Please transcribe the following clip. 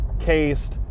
cased